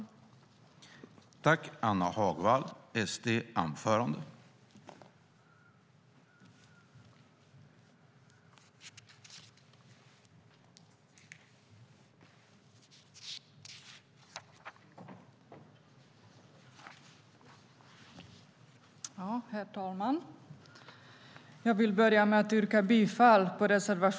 I detta anförande instämde Jonas Eriksson .